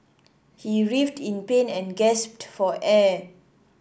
he writhed in pain and gasped for air